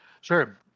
Sure